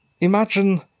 Imagine